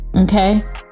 Okay